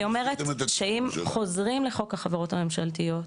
אומרת שאם חוזרים לחוק החברות הממשלתיות,